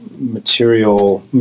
Material